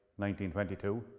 1922